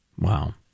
Wow